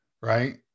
Right